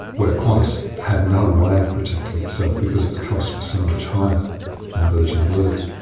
where qantas had no way of protecting itself because its costs were so much higher than virgin blue's.